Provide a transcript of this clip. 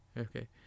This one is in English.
Okay